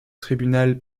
tribunal